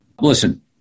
listen